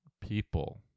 people